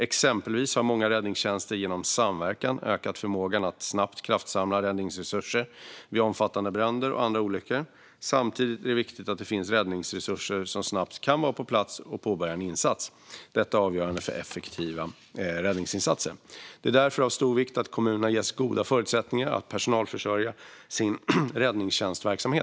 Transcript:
Exempelvis har många räddningstjänster genom samverkan ökat förmågan att snabbt kraftsamla räddningsresurser vid omfattande bränder och andra olyckor. Samtidigt är det viktigt att det finns räddningsresurser som snabbt kan vara på plats och påbörja en insats. Detta är avgörande för effektiva räddningsinsatser. Det är därför av stor vikt att kommunerna ges goda förutsättningar att personalförsörja sin räddningstjänstverksamhet.